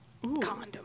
Condom